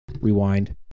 rewind